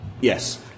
Yes